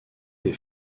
des